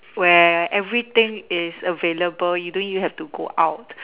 where everything is available you don't even have to go out